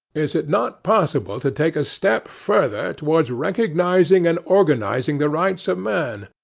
is it not possible to take a step further towards recognizing and organizing the rights of man?